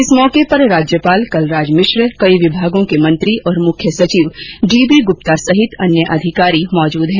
इस मौके पर राज्यपाल कलराज मिश्र कई विभागों के मंत्री और मुख्य सचिव डीबी गुप्ता सहित अन्य अधिकारी मौजूद हैं